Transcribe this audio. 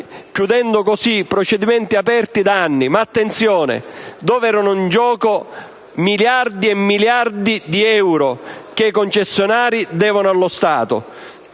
chiudendo così procedimenti aperti da anni, ma - attenzione - dove erano in gioco miliardi e miliardi di euro che i concessionari devono allo Stato.